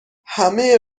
همه